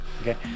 Okay